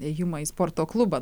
ėjimą į sporto klubą